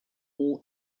all